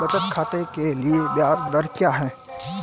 बचत खाते के लिए ब्याज दर क्या है?